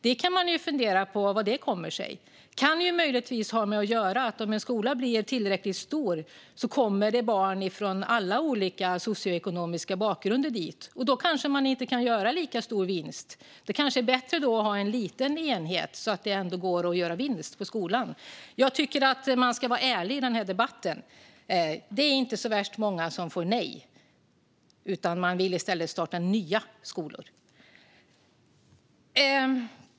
Man kan fundera på hur det kommer sig. Det kan ju möjligtvis ha att göra med att om en skola blir tillräckligt stor kommer det barn från alla olika socioekonomiska bakgrunder dit, och då kanske man inte kan göra lika stor vinst. Det kanske är bättre att ha en liten enhet så att det ändå går att göra vinst på skolan. Jag tycker att vi ska vara ärliga i den här debatten. Det är inte så värst många som får nej, utan man vill i stället starta nya skolor.